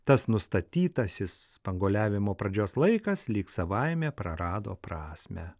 tas nustatytasis spanguoliavimo pradžios laikas lyg savaime prarado prasmę